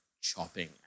chopping